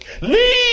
Leave